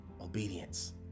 obedience